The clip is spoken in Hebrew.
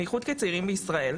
בייחוד כצעירים בישראל.